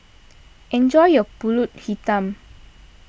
enjoy your Pulut Hitam